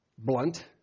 Blunt